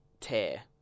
tear